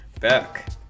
back